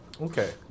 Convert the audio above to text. Okay